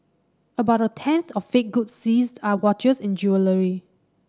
about a tenth of fake goods seized are watches and jewellery